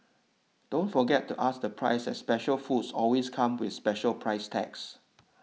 don't forget to ask the price as special foods always come with special price tags